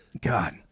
God